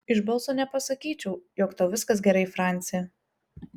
iš balso nepasakyčiau jog tau viskas gerai franci